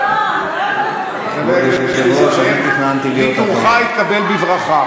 אלא אם כן תבקש, ויתורך התקבל בברכה.